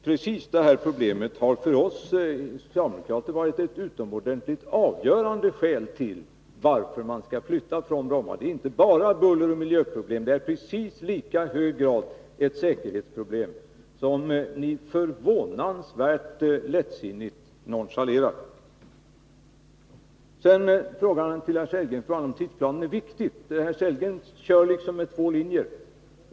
Precis detta problem har för oss socialdemokrater varit ett utomordentligt skäl till att man skall flytta från Bromma. Det är alltså inte bara fråga om bulleroch miljöproblem utan i precis lika hög grad ett säkerhetsproblem, som ni förvånansvärt lättsinnigt nonchalerar. Så till herr Sellgren och tidsplanen. Herr Sellgren kör liksom med två linjer.